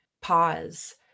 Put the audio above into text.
pause